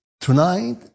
tonight